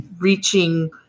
reaching